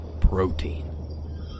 protein